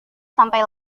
sampai